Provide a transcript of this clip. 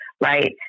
right